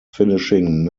finishing